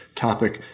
topic